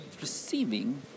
receiving